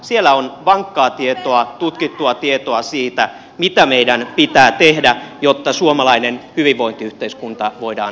siellä on vankkaa tietoa tutkittua tietoa siitä mitä meidän pitää tehdä jotta suomalainen hyvinvointiyhteiskunta voidaan pelastaa